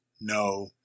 no